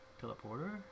teleporter